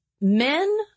men